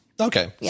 Okay